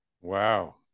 wow